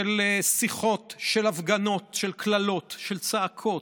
של שיחות, של הפגנות, של קללות, של צעקות,